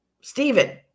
Stephen